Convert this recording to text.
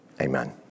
amen